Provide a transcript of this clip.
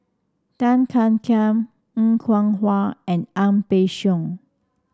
Tan Ean Kiam Er Kwong Wah and Ang Peng Siong